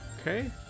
Okay